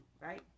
right